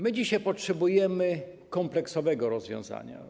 My dzisiaj potrzebujemy kompleksowego rozwiązania.